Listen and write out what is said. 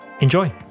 Enjoy